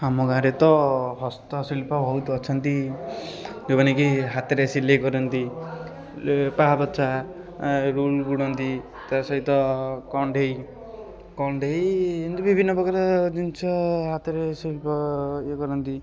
ଆମ ଗାଁରେ ତ ହସ୍ତଶିଳ୍ପ ବହୁତ ଅଛନ୍ତି ଯେଉଁମାନେ କି ହାତରେ ସିଲେଇ କରନ୍ତି ଲେ ପାପୋଛା ଏଁ ରୁଲ ବୁଣନ୍ତି ତା' ସହିତ କଣ୍ଢେଇ କଣ୍ଢେଇ ଏମିତି ବିଭିନ୍ନ ପ୍ରକାର ଜିନିଷ ହାତରେ ଏସବୁ ପ ଇଏ କରନ୍ତି